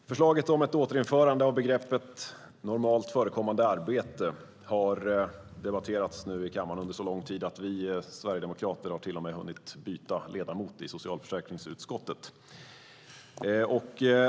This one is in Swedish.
Herr talman! Förslaget om ett återinförande av begreppet "normalt förekommande arbete" har debatterats i kammaren under så lång tid att vi sverigedemokrater till och med hunnit byta ledamot i socialförsäkringsutskottet.